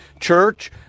church